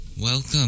welcome